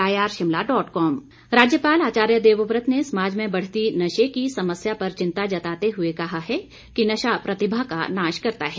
राज्यपाल कपूर राज्यपाल आचार्य देवव्रत ने समाज में बढ़ती नशे की समस्या पर चिंता जताते हुए कहा है कि नशा प्रतिभा का नाश करता है